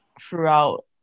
throughout